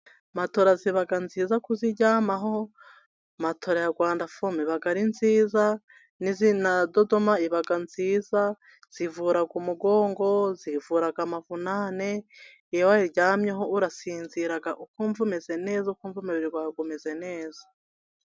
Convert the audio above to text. Matora ziba nziza kuziryamaho. Matora ya rwanda fomo iba ari nziza na dodoma, iba nziza zivura umugongo, zivura amavunane. Iyo uyiryamyeho urasinzira ukumva umeze neza, ukumva umubiri wawe umeze neza.